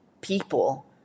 people